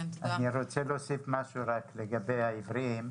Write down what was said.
אני רוצה להוסיף משהו לגבי העיוורים.